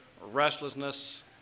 restlessness